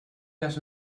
les